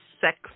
sex